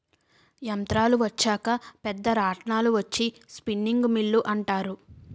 యంత్రాలు వచ్చాక పెద్ద రాట్నాలు వచ్చి స్పిన్నింగ్ మిల్లు అంటారు